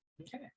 Okay